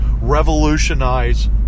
revolutionize